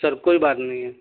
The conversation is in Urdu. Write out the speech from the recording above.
سر کوئی بات نہیں ہے